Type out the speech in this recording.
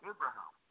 Abraham